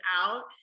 out